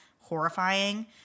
horrifying